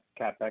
CapEx